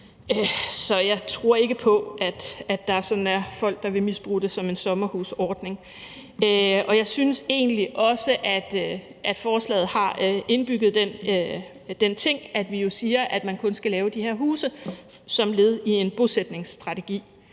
Så jeg tror ikke på, at der sådan er folk, der vil misbruge det som en sommerhusordning. Og jeg synes egentlig også, at forslaget har indbygget den ting, hvor vi jo siger, at man kun skal lave de her huse som led i en bosætningsstrategi.